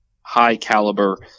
high-caliber